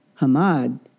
Hamad